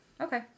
Okay